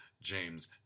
James